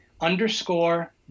underscore